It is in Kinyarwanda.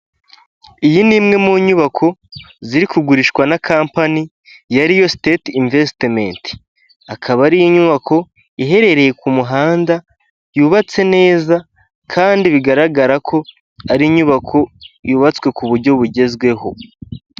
Iyi ni imwe mu nyubako ziri kugurishwa na kampani ya riyo siteti imvesitimenti, akaba ari inyubako iherereye ku muhanda yubatse neza kandi bigaragara ko ari inyubako yubatswe ku buryo bugezweho.